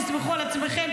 תסמכו על עצמכם,